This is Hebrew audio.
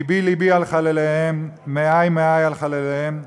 לבי לבי על חלליהם, מעַי מעַי על חלליהם.